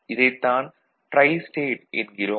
இதைத் தான் ட்ரைஸ்டேட் என்கிறோம்